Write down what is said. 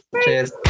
Cheers